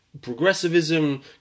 progressivism